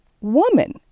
woman